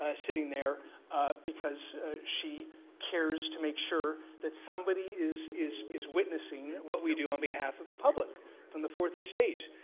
ah sitting there because she cares to make sure that somebody is is witnessing what we do on behalf of the public from the fourth estate.